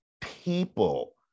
People